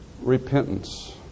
repentance